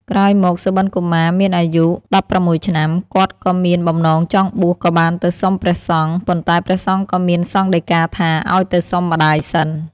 ក្រោយមក សុបិន្តកុមាមានអាយុ១៦ឆ្នាំ គាត់ក៏មានបំណងចង់បួសក៏បានទៅសុំព្រះសង្ឃ ប៉ុន្តែព្រះសង្ឃក៏មានសង្ឃដីការថាអោយទៅសុំម្តាយសិន ។